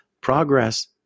Progress